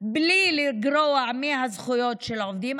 בלי לגרוע מהזכויות של העובדים.